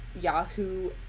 Yahoo